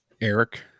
Eric